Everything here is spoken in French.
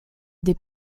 des